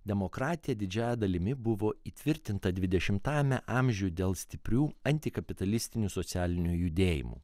demokratija didžiąja dalimi buvo įtvirtinta dvidešimtajame amžiuje dėl stiprių antikapitalistinių socialinių judėjimų